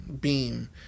beam